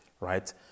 right